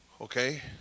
Okay